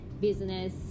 business